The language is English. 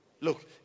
look